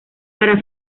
para